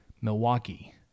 Milwaukee